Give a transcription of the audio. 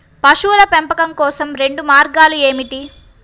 పశువుల పెంపకం కోసం రెండు మార్గాలు ఏమిటీ?